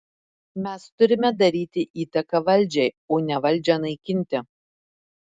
mes turime daryti įtaką valdžiai o ne valdžią naikinti